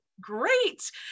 great